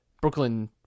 Brooklyn